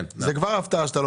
זה כבר הפתעה שאתה לא